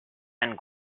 and